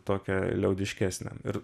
tokią liaudiškesnę ir